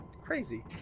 crazy